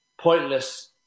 pointless